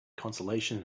consolation